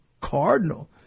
Cardinal